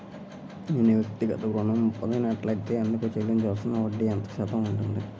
నేను వ్యక్తిగత ఋణం పొందినట్లైతే అందుకు చెల్లించవలసిన వడ్డీ ఎంత శాతం ఉంటుంది?